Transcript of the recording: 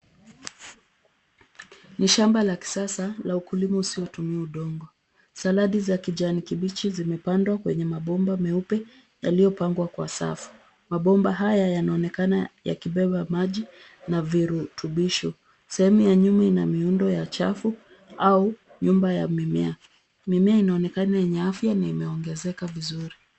Ni shamba la kisasa la ukulima usiitumia udongo. Saladi za kijani kibichi zimepandwa kwenye mabomba meupe yaliyopangwa kwa safu. Mabomba haya yanaonekana yakibeba maji na virutubisho. Sehemu ya nyuma ina miundo ya chafu au nyumba ya mimea. Mimea inaonekana yenye afya na imeongezeka vizuri.